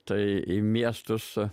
tai miestas o